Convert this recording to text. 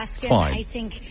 fine